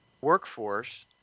workforce